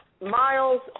Miles